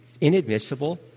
inadmissible